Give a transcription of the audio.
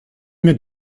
mir